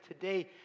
today